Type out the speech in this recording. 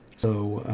so, ah,